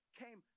came